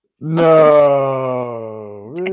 No